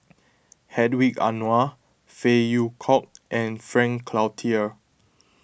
Hedwig Anuar Phey Yew Kok and Frank Cloutier